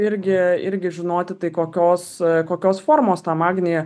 irgi irgi žinoti tai kokios kokios formos tą magnį